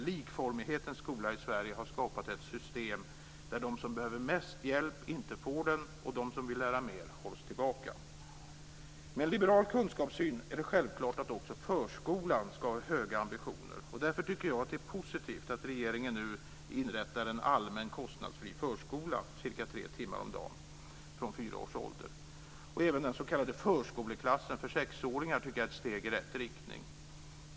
Likformighetens skola i Sverige har skapat ett system där de som behöver mest hjälp inte får den och de som vill lära mer hålls tillbaka. Med en liberal kunskapssyn är det självklart att också förskolan ska ha höga ambitioner. Därför tycker jag att det är positivt att regeringen nu inrättar en allmän kostnadsfri förskola cirka tre timmar om dagen från fyra års ålder. Jag tycker även att den s.k. förskoleklassen för sexåringar är ett steg i rätt riktning.